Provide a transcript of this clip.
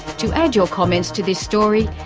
to add your comments to this story,